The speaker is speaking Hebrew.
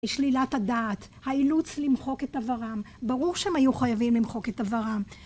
שלילת הדעת, האילוץ למחוק את עברם, ברור שהם היו חייבים למחוק את עברם